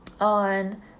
on